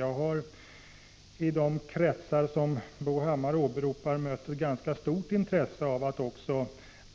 Jag har i de kretsar som Bo Hammar åberopade mött ett ganska stort intresse av att även